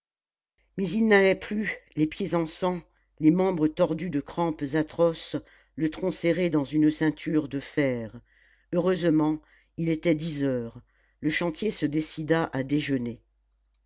mais il n'allait plus les pieds en sang les membres tordus de crampes atroces le tronc serré dans une ceinture de fer heureusement il était dix heures le chantier se décida à déjeuner